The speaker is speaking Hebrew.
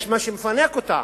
יש מי שמפנק אותה,